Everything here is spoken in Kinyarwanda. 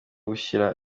gushyira